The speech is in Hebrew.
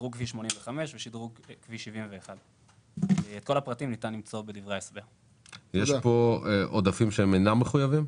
שדרוג כביש 85 ושדרוג כביש 71. יש פה עודפים שהם אינם מחויבים?